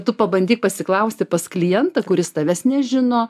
tu pabandyk pasiklausti pas klientą kuris tavęs nežino